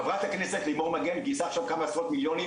חברת הכנסת לימור מגן גייסה עכשיו כמה עשרות מיליונים,